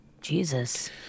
Jesus